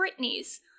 Britney's